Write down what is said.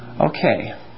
Okay